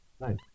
nice